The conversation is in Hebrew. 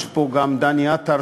יש פה גם דני עטר,